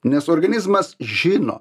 nes organizmas žino